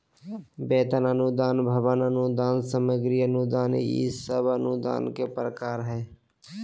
वेतन अनुदान, भवन अनुदान, सामग्री अनुदान ई सब अनुदान के प्रकार हय